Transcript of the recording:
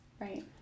Right